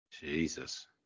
Jesus